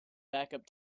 backup